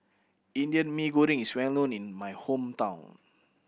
Indian Mee Goreng is well known in my hometown